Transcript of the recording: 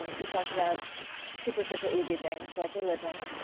and you talked about superficial, easy things, like religion,